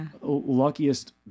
luckiest